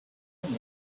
com